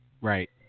Right